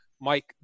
Mike